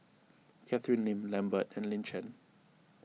Catherine Lim Lambert and Lin Chen